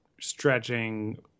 stretching